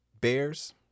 Bears